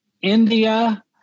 India